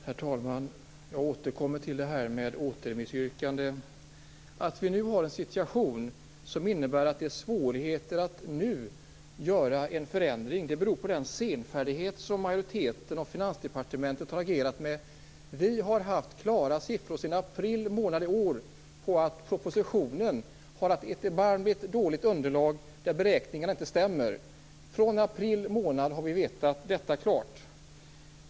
Herr talman! Jag återkommer till detta med återremissyrkande. Anledningen till att vi har en situation som innebär att det är svårigheter att nu göra en förändring är den senfärdighet som majoriteten och Finansdepartementet har agerat med. Vi har haft klara siffror sedan april månad i år som visar att propositionen har ett erbarmligt dåligt underlag, att beräkningarna inte stämmer. Sedan april har vi vetat detta klart.